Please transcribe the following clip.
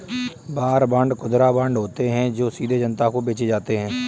war bond खुदरा bond होते हैं जो सीधे जनता को बेचे जाते हैं